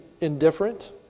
indifferent